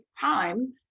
time